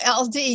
LD